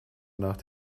nach